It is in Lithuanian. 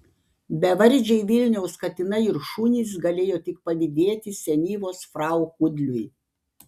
bevardžiai vilniaus katinai ir šunys galėjo tik pavydėti senyvos frau kudliui